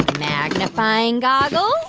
magnifying goggles